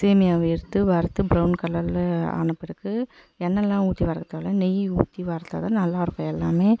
சேமியாவை எடுத்து வறுத்து ப்ரவுன் கலரில் ஆன பிறகு எண்ணெய்லாம் ஊற்றி வறுக்க தேவையில்ல நெய் ஊற்றி வறுத்தால் தான் நல்லா இருக்கும் எல்லாமே